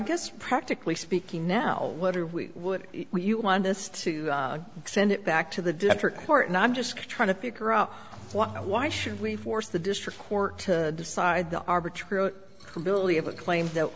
guess practically speaking now whether we would you want us to send it back to the district court and i'm just trying to figure out why should we force the district court to decide the arbitrary ability of a claim that